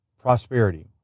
prosperity